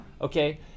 Okay